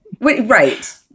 right